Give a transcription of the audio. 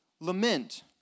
lament